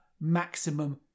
maximum